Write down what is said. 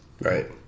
Right